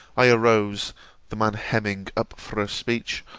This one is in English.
i arose the man hemming up for a speech,